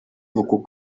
uku